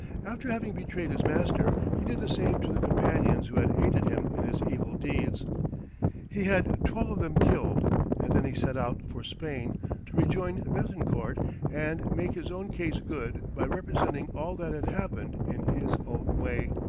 after having betrayed his master, he did the same to the companions who had aided him in his evil deeds he had twelve of them killed and then he set out for spain to rejoin bethencourt and make his own case good by representing all that had happened in his own way.